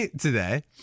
today